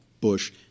Bush –